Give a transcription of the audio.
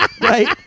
Right